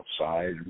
outside